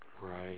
Right